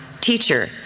Teacher